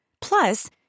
Plus